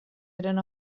eren